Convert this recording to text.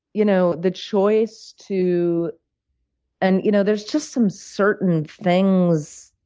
you know the choice to and you know there's just some certain things,